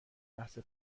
لحظه